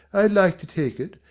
i'd like to take it,